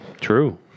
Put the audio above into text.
True